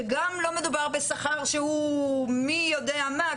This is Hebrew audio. שגם לא מדובר בשכר שהוא מי יודע מה.